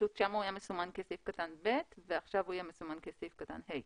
שם הוא היה מסומן כסעיף קטן (ב) ועכשיו הוא יהיה מסומן כסעיף קטן (ה).